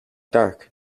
dark